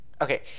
Okay